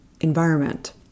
environment